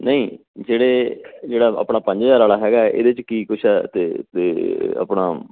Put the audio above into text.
ਨਹੀਂ ਜਿਹੜੇ ਜਿਹੜਾ ਆਪਣਾ ਪੰਜ ਹਜ਼ਾਰ ਵਾਲਾ ਹੈਗਾ ਇਹਦੇ 'ਚ ਕੀ ਕੁਛ ਹੈ ਅਤੇ ਅਤੇ ਆਪਣਾ